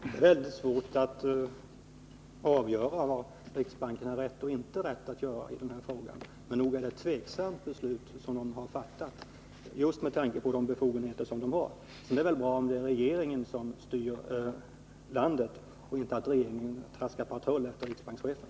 Herr talman! Det är väldigt svårt att avgöra vad riksbanken har rätt eller inte rätt att göra i den här frågan, men nog är det ett tvivelaktigt beslut riksbanken fattat just med tanke på de befogenheter den har. Och det är väl ändå bra om det är regeringen som styr landet och inte traskar patrull efter riksbankschefen.